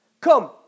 Come